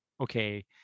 okay